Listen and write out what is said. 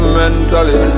mentally